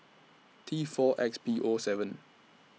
T four X P O seven